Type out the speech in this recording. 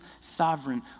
sovereign